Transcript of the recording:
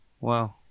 Wow